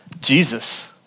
Jesus